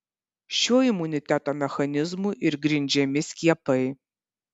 šiuo imuniteto mechanizmu ir grindžiami skiepai